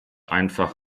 einfach